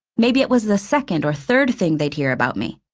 maybe it was the second or third thing they'd hear about me.